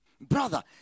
Brother